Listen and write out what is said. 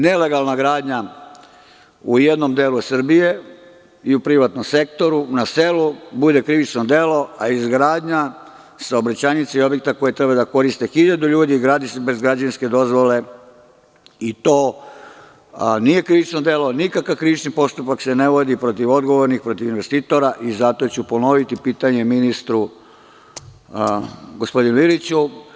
Nelegalna gradnja u jednom delu Srbije i u privatnom sektoru na selu bude krivično delo, a izgradnja saobraćajnica i objekata koji treba da koriste hiljadu ljudi gradi se bez građevinske dozvole i to nije krivično delo, nikakav krivični postupak se ne vodi protiv odgovornih, protiv investitora i zato ću ponoviti pitanje ministru gospodinu Iliću.